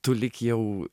tu lyg jau